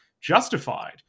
justified